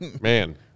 man